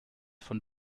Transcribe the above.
von